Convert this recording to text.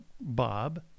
Bob